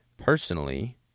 Personally